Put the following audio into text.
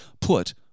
put